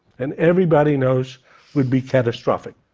and everybody knows would be catastrophic?